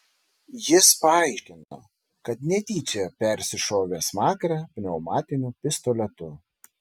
jis paaiškino kad netyčia persišovė smakrą pneumatiniu pistoletu